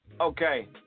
Okay